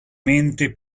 mente